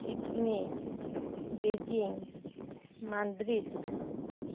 Sydney ᱵᱤᱡᱤᱝ ᱢᱟᱱᱫᱨᱤᱛ